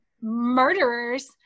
murderers